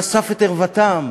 הוא חשף את ערוותם.